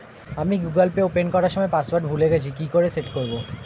আমি Google Pay open করার সময় পাসওয়ার্ড ভুলে গেছি কি করে সেট করব?